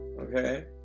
Okay